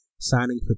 signing